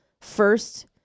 first